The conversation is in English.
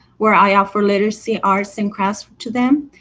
where i offer literacy, arts and crafts to them.